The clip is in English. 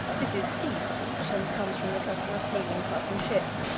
this is sea speech, and comes from the custom of hailing passing ships.